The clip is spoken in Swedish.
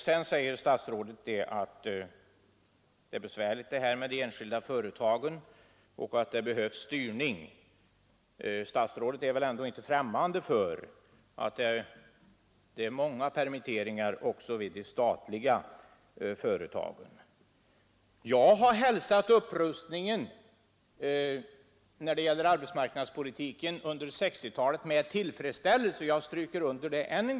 Statsrådet säger sedan att det är besvärligt med de enskilda företagen och att det behövs styrning. Statsrådet är väl ändå inte främmande för att det skett många permitteringar också vid de statliga företagen. Jag har med tillfredsställelse hälsat upprustningen i fråga om arbetsmarknadspolitiken under 1960-talet. Detta understryker jag ännu en gång.